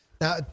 Now